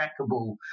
trackable